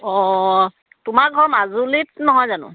অ' তোমাৰ ঘৰ মাজুলিত নহয় জানো